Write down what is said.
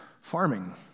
farming